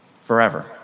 forever